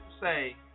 say